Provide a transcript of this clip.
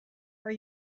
are